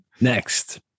Next